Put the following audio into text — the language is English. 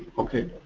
okay,